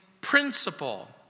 principle